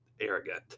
arrogant